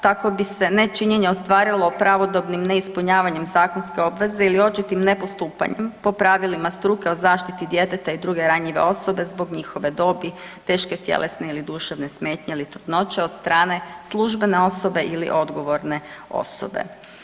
Tako bi se nečinjenje ostvarilo pravodobnim neispunjavanjem zakonske obveze ili očitim nepostupanjem po pravilima struke o zaštiti djeteta i druge ranjive osobe zbog njihove dobit, teške tjelesne ili duševne smetnje ili trudnoće od strane službene osobe ili odgovorne osobe.